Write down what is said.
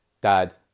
dad